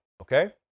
okay